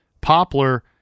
Poplar